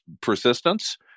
persistence